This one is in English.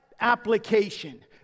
application